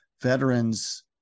Veterans